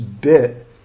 bit